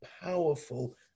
powerful